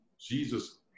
Jesus